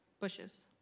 bushes